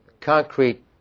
concrete